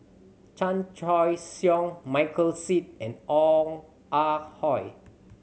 Chan Choy Siong Michael Seet and Ong Ah Hoi